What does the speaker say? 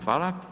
Hvala.